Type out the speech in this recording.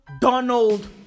Donald